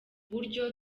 buryo